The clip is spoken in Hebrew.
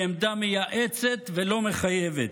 היא עמדה מייעצת ולא מחייבת,